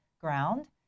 ground